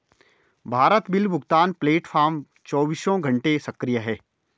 Bharat bill भुगतान platform चौबीसों घंटे सक्रिय है